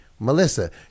Melissa